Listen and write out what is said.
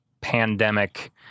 pandemic